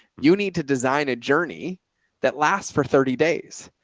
you need to design a journey that lasts for thirty days.